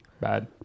Bad